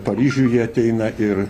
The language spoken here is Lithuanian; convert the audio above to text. paryžių jie ateina ir